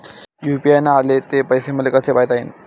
UPI न आले ते पैसे मले कसे पायता येईन?